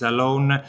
Alone